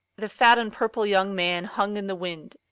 the fat and purple young man hung in the wind,